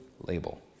label